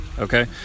okay